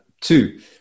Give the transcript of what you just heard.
Two